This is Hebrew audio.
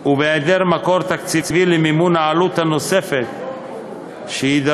ובהיעדר מקור תקציבי למימון העלות הנוספת שיידרשו